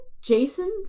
jason